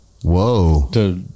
whoa